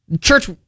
Church